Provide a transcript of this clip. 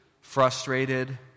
frustrated